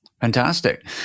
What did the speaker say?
Fantastic